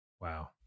Wow